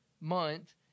month